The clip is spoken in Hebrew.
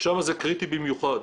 שם זה קריטי במיוחד.